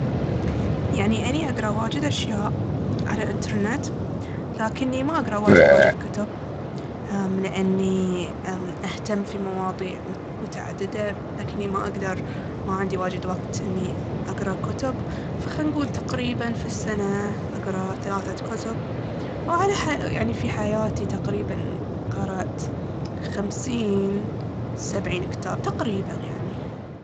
يعني اني اقرا واجد اشياء على الانترنت لكني ما اقرا واجد واجد كتب لأني اهتم في مواضيع متعددة لكني ما اقدر- ما عندي واجد وقت اني اقرا كتب. فخنقول تقريباً في السنة اقرا ثلاثة كتب وعلى- يعني في حياتي تقريباً قرأت خمسين، سبعين كتاب، تقريباً يعني.